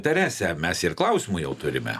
terese mes ir klausimų jau turime